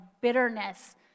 bitterness